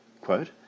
quote